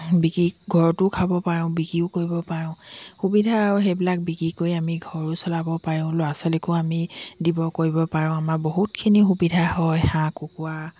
বিকি ঘৰতো খাব পাৰোঁ বিক্ৰীও কৰিব পাৰোঁ সুবিধা আৰু সেইবিলাক বিক্ৰী কৰি আমি ঘৰো চলাব পাৰোঁ ল'ৰা ছোৱালীকো আমি দিব কৰিব পাৰোঁ আমাৰ বহুতখিনি সুবিধা হয় হাঁহ কুকুৰা